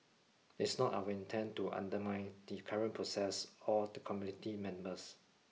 it's not our intent to undermine the current process or the committee members